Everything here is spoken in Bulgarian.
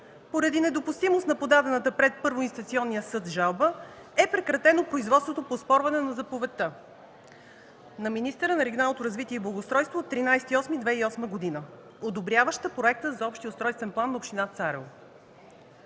поради недопустимост на подадената пред първоинституционния съд жалба е прекратено производството по оспорване на заповедта на министъра на регионалното развитие и благоустройството от 13.08.2008 г., одобряваща проекта за Общия устройствен план на община Царево.